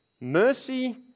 mercy